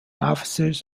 officers